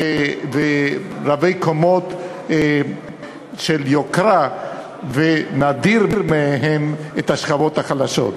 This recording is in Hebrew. ורבי-קומות של יוקרה ונדיר מהם את השכבות החלשות.